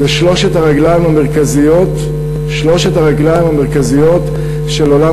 אלה שלוש הרגליים המרכזיות של עולם